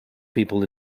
people